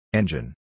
engine